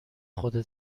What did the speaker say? خودت